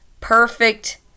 perfect